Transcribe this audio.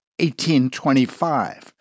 1825